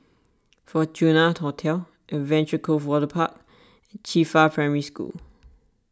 Fortuna Hotel Adventure Cove Waterpark Qifa Primary School